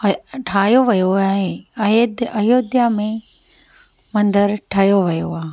ठाहियो वियो आहे अय अयोध्या में मंदरु ठाहियो वियो आहे